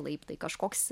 laiptai kažkoks